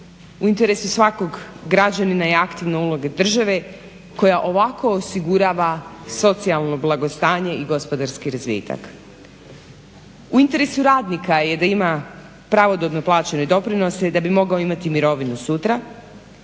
u interesu svakog građanina je aktivna uloga države koja ovako osigurava socijalno blagostanje i gospodarski razvitak. U interesu radnika je da ima pravodobno plaćene doprinose da bi mogao imati mirovinu sura